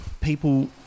people